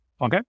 Okay